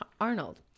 Arnold